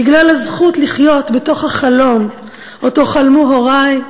בגלל הזכות לחיות בתוך החלום שחלמו הורי,